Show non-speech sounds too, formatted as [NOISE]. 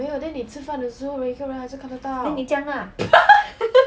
没有 then 你吃饭的时候每个人还是看得到 [LAUGHS]